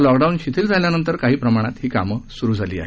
lockdown शिथिल झाल्यानंतर काही प्रमाणात कामं सुरु झाली आहेत